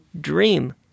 dream